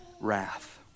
wrath